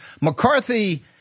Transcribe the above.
McCarthy